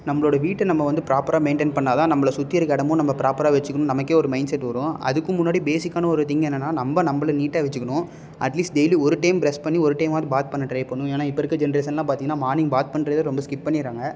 நம்மளோட வீட்டை நம்ம வந்து ப்ராப்பராக மெயின்டைன் பண்ணால் தான் நம்மளை சுற்றி இருக்க இடமும் நம்ம ப்ராப்பராக வச்சுக்கிணும்னு நமக்கே ஒரு மைண்ட்செட் வரும் அதுக்கும் முன்னாடி பேசிக்கான ஒரு திங் என்னன்னா நம்ம நம்மள நீட்டாக வச்சுக்கணும் அட்லீஸ்ட் டெயிலி ஒரு டைம் ப்ரெஷ் பண்ணி ஒரு டைமாவது பாத் பண்ண ட்ரை பண்ணணும் ஏன்னா இப்போ இருக்க ஜென்ட்ரேஷன்லாம் பார்த்திங்கனா மார்னிங் பாத் பண்ணுறதே ரொம்ப ஸ்கிப் பண்ணிடுறாங்க